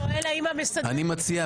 רק הבהרה מקצועית.